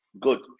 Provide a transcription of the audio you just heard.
Good